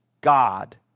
God